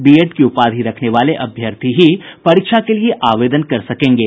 BEd की उपाधि रखने वाले अभ्यर्थी ही परीक्षा के लिए आवेदन कर सकेंगे